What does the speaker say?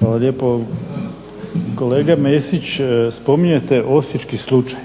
Hvala lijepo. Kolega Mesić, spominjete osječki slučaj.